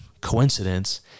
coincidence